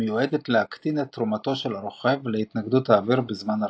המיועדת להקטין את תרומתו של הרוכב להתנגדות האוויר בזמן הרכיבה.